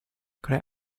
could